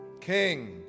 king